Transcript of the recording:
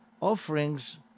offerings